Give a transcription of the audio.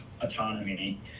autonomy